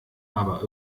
aber